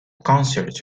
concerts